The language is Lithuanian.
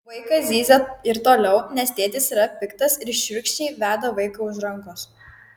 vaikas zyzia ir toliau nes tėtis yra piktas ir šiurkščiai veda vaiką už rankos